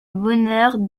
bonheurs